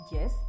Yes